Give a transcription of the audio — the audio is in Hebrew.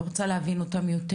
אני רוצה להבין אותם יותר.